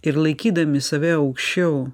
ir laikydami save aukščiau